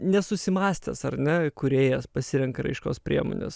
nesusimąstęs ar ne kūrėjas pasirenka raiškos priemones